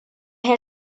had